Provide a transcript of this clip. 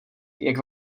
jak